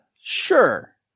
sure